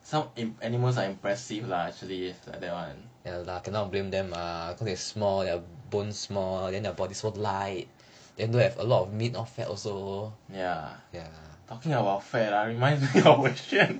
some animals are impressive lah actually like that one talking about fats ah reminds me of wei xuan